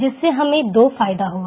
जिससे हमें दो फायदा हुआ